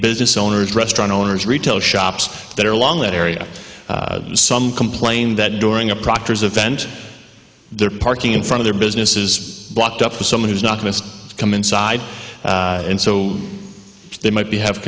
business owners restaurant owners retail shops that are along that area some complain that during a proctor's event their parking in front of their business is blocked up to someone who's not going to come inside and so they might be have